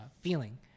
feeling